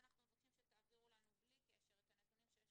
ואנחנו מבקשים שתעבירו לנו בלי קשר את הנתונים שיש